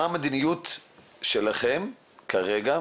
מה המדיניות שלכם כרגע,